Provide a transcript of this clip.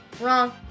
Wrong